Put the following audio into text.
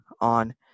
on